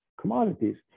commodities